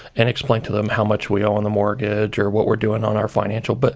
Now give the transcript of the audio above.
and explain to them how much we owe on the mortgage or what we're doing on our financials, but